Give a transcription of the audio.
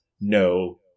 No